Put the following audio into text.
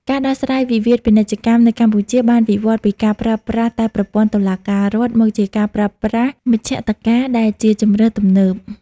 ការដោះស្រាយវិវាទពាណិជ្ជកម្មនៅកម្ពុជាបានវិវត្តពីការប្រើប្រាស់តែប្រព័ន្ធតុលាការរដ្ឋ មកជាការប្រើប្រាស់មជ្ឈត្តការដែលជាជម្រើសទំនើប។